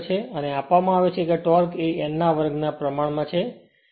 અને તે આપવામાં આવે છે કે ટોર્ક એ n ના વર્ગ ના પ્રમાણમાં છે